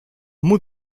muy